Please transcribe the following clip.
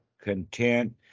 content